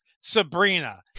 Sabrina